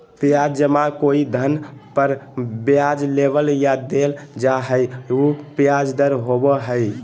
ब्याज जमा कोई धन पर ब्याज लेबल या देल जा हइ उ ब्याज दर होबो हइ